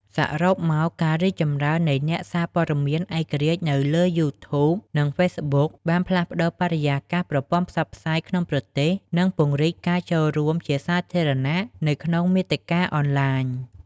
សរុបមក ការរីកចម្រើននៃអ្នកសារព័ត៌មានឯករាជ្យនៅលើ YouTube និង Facebook បានផ្លាស់ប្តូរបរិយាកាសប្រព័ន្ធផ្សព្វផ្សាយក្នុងប្រទេស និងពង្រីកការចូលរួមជាសាធារណៈនៅក្នុងមាតិកាអនឡាញ។